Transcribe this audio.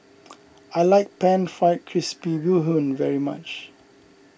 I like Pan Fried Crispy Bee Hoon very much